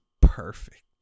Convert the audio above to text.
perfect